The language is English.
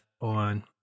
on